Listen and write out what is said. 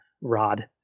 Rod